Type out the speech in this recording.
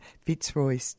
Fitzroy